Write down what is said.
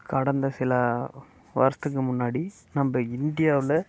கடந்த சில வருஷத்துக்கு முன்னாடி நம்ம இந்தியாவில்